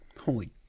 Holy